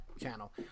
channel